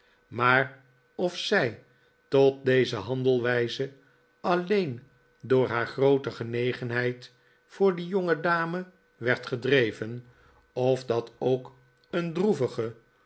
maar of zij tot deze handelwijze alleen door haar groote genegenheid voor die jongedame werd gedreven of dat ook een droevige